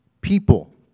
people